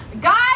Guys